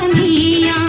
e